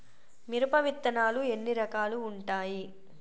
మిరప విత్తనాలు ఎన్ని రకాలు ఉంటాయి?